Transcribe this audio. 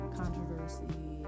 controversy